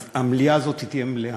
אז המליאה הזאת תהיה מלאה,